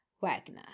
Wagner